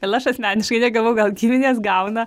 gal aš asmeniškai negavau gal giminės gauna